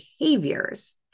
behaviors